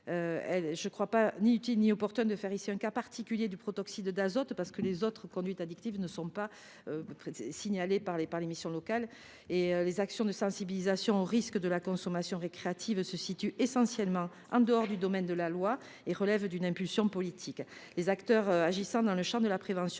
je ne crois ni utile ni pertinent de faire ici un cas particulier du protoxyde d’azote, étant donné que les autres conduites addictives ne sont pas signalées par les missions locales. Les actions de sensibilisation au risque de la consommation récréative sont essentiellement réalisées en dehors du domaine de la loi. Elles relèvent d’une impulsion politique. Les acteurs agissant dans le champ de la prévention